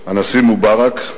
פגישות, עם הנשיא מובארק,